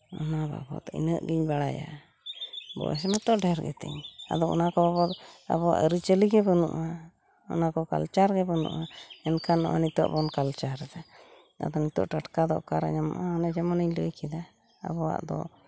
ᱚᱱᱟ ᱵᱟᱵᱚᱫ ᱤᱱᱟᱹᱜ ᱜᱤᱧ ᱵᱟᱲᱟᱭᱟ ᱵᱚᱭᱚᱥ ᱢᱟᱛᱚ ᱰᱷᱮᱨ ᱜᱮᱛᱤᱧ ᱟᱫᱚ ᱚᱱᱟ ᱠᱚ ᱵᱟᱵᱚᱫ ᱟᱵᱚᱣᱟᱜ ᱟᱨᱤᱪᱟᱹᱞᱤ ᱜᱮ ᱵᱟᱹᱱᱩᱜᱼᱟ ᱚᱱᱟᱠᱚ ᱠᱟᱞᱪᱟᱨ ᱜᱮ ᱵᱟᱹᱱᱩᱜᱼᱟ ᱮᱱᱠᱷᱟᱱ ᱱᱚᱜᱼᱚᱭ ᱱᱤᱛᱚᱜ ᱵᱚᱱ ᱠᱟᱞᱪᱟᱨ ᱮᱫᱟ ᱟᱫᱚ ᱱᱤᱛᱚᱜ ᱴᱟᱴᱠᱟ ᱫᱚ ᱚᱠᱟᱨᱮ ᱧᱟᱢᱚᱜᱼᱟ ᱚᱱᱮ ᱡᱮᱢᱚᱱᱤᱧ ᱞᱟᱹᱭ ᱠᱮᱫᱟ ᱟᱵᱚᱣᱟᱜ ᱫᱚ